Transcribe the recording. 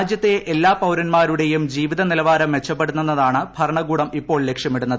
രാജ്യത്തെ എല്ലാ പൌരന്മാരുടെയും ജീവിതനിലവാരം മെച്ചപ്പെടുത്തുന്നതാണ് ഭരണകൂടം ഇപ്പോൾ ലക്ഷ്യമിടുന്നത്